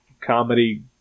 comedy